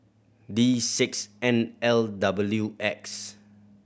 D six N L W X